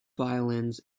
violins